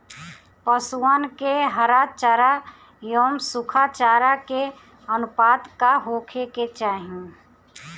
पशुअन के हरा चरा एंव सुखा चारा के अनुपात का होखे के चाही?